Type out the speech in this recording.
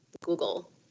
google